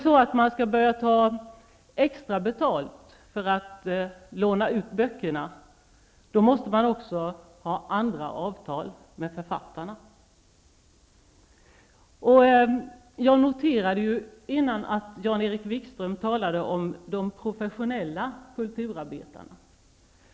Skall man börja ta extra betalt för att låna ut böckerna, måste man också ha andra avtal med författarna. Jag noterade förut att Jan-Erik Wikström talade om de professionella kulturarbetarna.